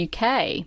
UK